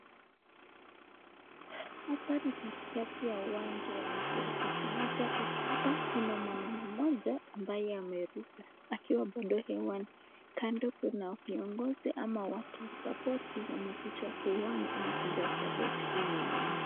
Hapa ni katikati ya uwanja ya mchezo mmoja hapa kuna mwanaume moja ambaye ameruka akiwa pale uwanja. Kando kuna viongozi ama watu sapoti wamekuja kuona ama kumpa sapoti huyu mwanaume.